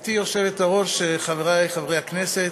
גברתי היושבת-ראש, חברי חברי הכנסת,